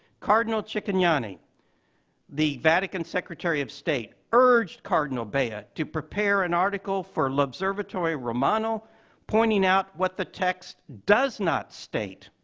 cardinal cicognani, the vatican secretary of state, urged cardinal bea ah to prepare an article for l'osservatore romano pointing out what the text does not state.